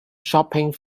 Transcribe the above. shopping